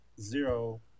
Zero